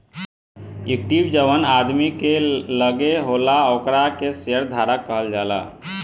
equity जवन आदमी के लगे होला ओकरा के शेयर धारक कहल जाला